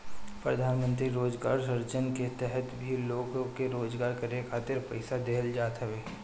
प्रधानमंत्री रोजगार सृजन के तहत भी लोग के रोजगार करे खातिर पईसा देहल जात हवे